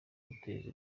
guteza